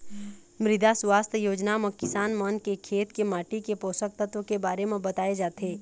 मृदा सुवास्थ योजना म किसान मन के खेत के माटी के पोसक तत्व के बारे म बताए जाथे